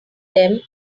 them